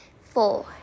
Four